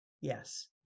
Yes